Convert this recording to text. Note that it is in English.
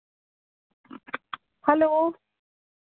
hello